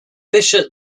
bishop